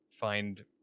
find